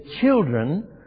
children